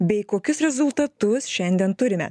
bei kokius rezultatus šiandien turime